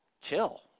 chill